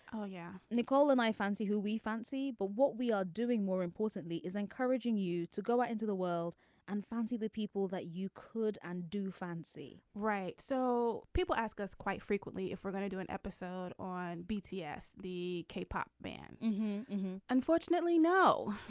oh yeah. nicole and i fancy who we fancy but what we are doing more importantly is encouraging you to go out into the world and fancy the people that you could and do fancy right. so people ask us quite frequently if we're gonna do an episode on beats. yes. the k pop unfortunately no.